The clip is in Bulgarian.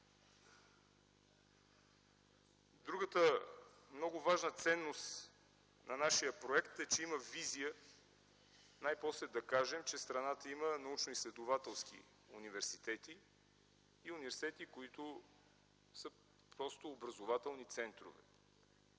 Другата много важна ценност на нашия проект е, че има визия най-после да кажем, че в страната има научноизследователски университети и университети, които са просто образователни центрове.